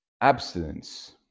Abstinence